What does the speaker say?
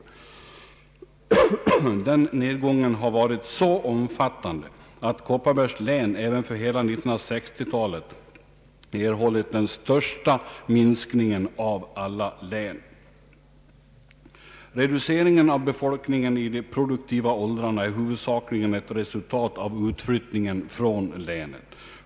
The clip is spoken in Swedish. Den nedgången har varit så omfattande att Kopparbergs län även för hela 1960-talet erhållit den största minskningen av alla länen. Reduceringen av befolkningen i de produktiva åldarna är huvudsakligen ett resultat av utflyttningen från länet.